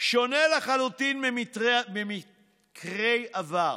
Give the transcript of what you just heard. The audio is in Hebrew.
שונה לחלוטין ממקרי עבר".